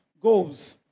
goals